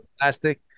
plastic